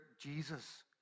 Jesus